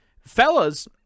Fellas